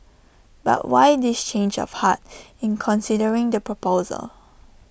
but why this change of heart in considering the proposal